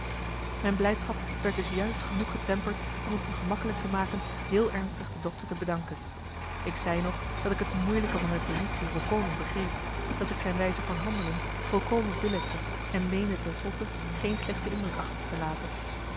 mijn blijdschap werd dus juist genoeg getemperd om t me gemakkelijk te maken heel ernstig de dokter te bedanken ik zei nog dat ik het moeilijke van marcellus emants een nagelaten bekentenis zijn positie volkomen begreep dat ik zijn wijze van handelen volkomen billijkte en meende ten slotte geen slechte indruk achter te laten